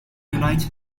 united